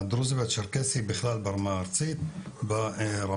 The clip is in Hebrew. אלא בכלל ברמה הארצית והגאוגרפית.